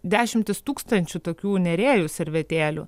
dešimtys tūkstančių tokių nerėjų servetėlių